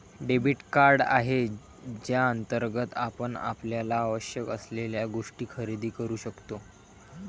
debit card आहे ज्याअंतर्गत आपण आपल्याला आवश्यक असलेल्या गोष्टी खरेदी करू शकतो